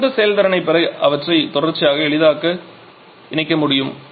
சிறந்த செயல்திறனைப் பெற அவற்றை தொடர்ச்சியாக எளிதாக இணைக்க முடியும்